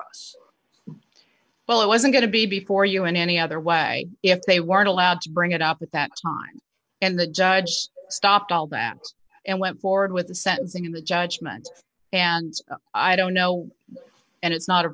us well it wasn't going to be before you in any other way if they weren't allowed to bring it up at that time and the judge stopped all that and went forward with the sentencing in the judgement and i don't know and it's not a